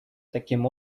таким